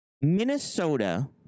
Minnesota